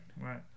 Right